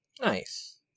Nice